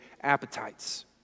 appetites